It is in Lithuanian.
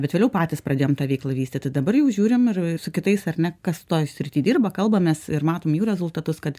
bet vėliau patys pradėjom tą veiklą vystyti dabar jau žiūrim ir su kitais ar ne kas toj srity dirba kalbamės ir matom jų rezultatus kad